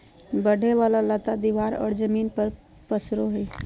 बढ़े वाला लता दीवार और जमीन पर पसरो हइ